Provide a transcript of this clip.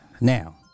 Now